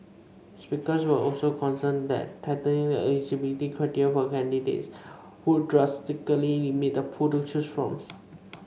speakers were also concerned that tightening the eligibility criteria for candidates would drastically limit the pool to choose from